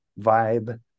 vibe